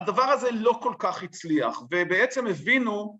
הדבר הזה לא כל כך הצליח ובעצם הבינו. .